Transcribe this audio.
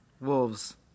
Wolves